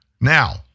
Now